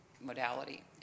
modality